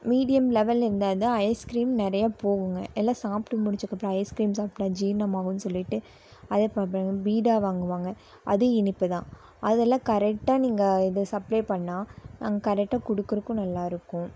medium level இருந்தால் தான் ice cream நிறைய போகுங்க எல்லாம் சாப்பிட்டு முடிச்சக்கப்றம் ஐஸ்கிரீம் சாப்பிட்டா ஜீரணமாகுன் சொல்லிவிட்டு அதை பீடா வாங்குவாங்க அதுவும் இனிப்பு தான் அதெல்லாம் கரெக்டாக நீங்கள் இது சப்ளை பண்ணால் நாங்க கரெக்டாக கொடுக்கறக்கும் நல்லாயிருக்கும்